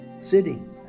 Sitting